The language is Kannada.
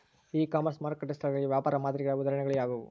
ಇ ಕಾಮರ್ಸ್ ಮಾರುಕಟ್ಟೆ ಸ್ಥಳಗಳಿಗೆ ವ್ಯಾಪಾರ ಮಾದರಿಗಳ ಉದಾಹರಣೆಗಳು ಯಾವುವು?